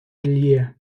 ллє